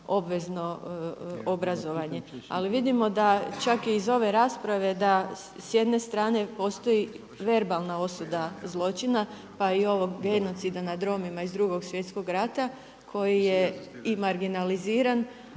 obvezno obrazovanje. Ali vidimo da čak iz ove rasprave da s jedne strane postoji verbalna osuda zločina, pa i ovog genocida nad Romima iz Drugog svjetskog rata koji je i marginaliziran.